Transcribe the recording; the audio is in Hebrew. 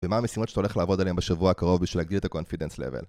ומה המשימות שאתה הולך לעבוד עליהן בשבוע הקרוב בשביל להגדיל את ה-קונפידנס לבל